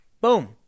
boom